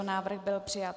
Návrh byl přijat.